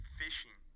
fishing